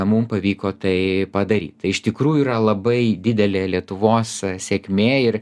mum pavyko tai padaryt tai iš tikrųjų yra labai didelė lietuvos sėkmė ir